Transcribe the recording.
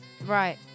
Right